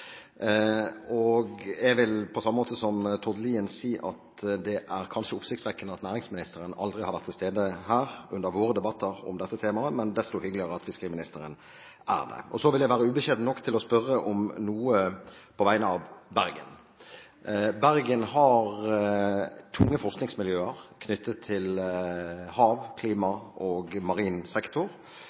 bestyrer. Jeg vil, som Tord Lien, si at det er kanskje oppsiktsvekkende at næringsministeren aldri har vært til stede her under våre debatter om dette temaet, men det er desto hyggeligere at fiskeriministeren er her. Så vil jeg være ubeskjeden nok til å spørre om noe på vegne av Bergen. Bergen har tunge forskningsmiljøer knyttet til hav-, klima- og marin sektor.